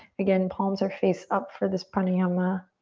again, palms are face up for this pranayama.